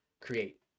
create